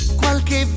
qualche